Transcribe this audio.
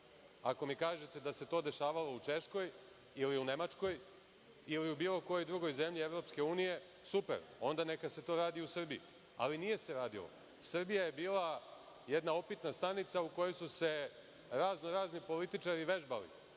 mi kažete da se to dešavalo u Češkoj, Nemačkoj ili u bilo kojoj zemlji EU, super, onda neka se to radi i u Srbiji. Ali nije se radilo. Srbija je bila jedna opitna stanica u kojoj su se raznorazni političari vežbali;